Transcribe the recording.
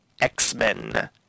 X-Men